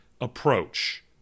approach